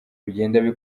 bigenda